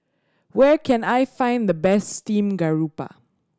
where can I find the best steamed garoupa